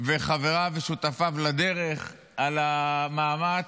וחבריו ושותפיו לדרך על המאמץ.